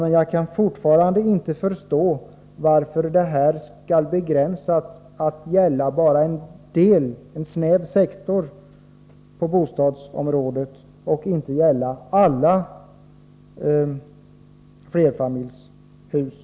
Men jag kan fortfarande inte förstå varför detta skall begränsas till att gälla bara en snäv sektor inom bostadsområdet och inte alla flerfamiljshus.